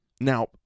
Now